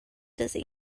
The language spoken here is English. dizzy